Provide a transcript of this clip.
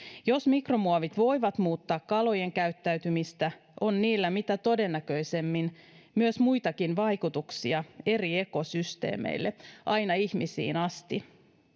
jos mikromuovit voivat muuttaa kalojen käyttäytymistä on niillä mitä todennäköisimmin myös muitakin vaikutuksia eri ekosysteemeille aina ihmisiin asti